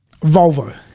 Volvo